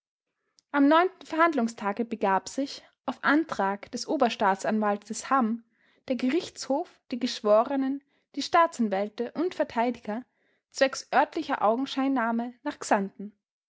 am neunten verhandlungstage begab sich auf antrag des oberstaatsanwalts hamm der gerichtshof die geschworenen die staatsanwälte und verteidiger zwecks örtlicher augenscheinnahme nach xanten